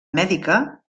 mèdica